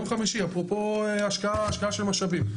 אפרופו השקעה של משאבים.